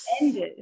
ended